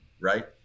right